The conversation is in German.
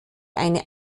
eine